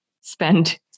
spend